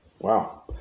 Wow